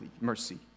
mercy